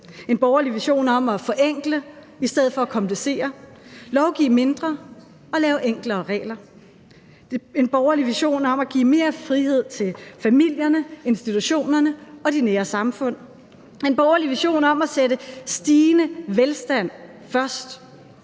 en borgerlig vision om at forenkle i stedet for at komplicere, lovgive mindre og lave enklere regler; en borgerlig vision om at give mere frihed til familierne, institutionerne og de nære samfund; en borgerlig vision om at sætte stigende velstand først,